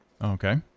okay